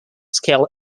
scale